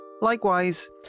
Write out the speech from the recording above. Likewise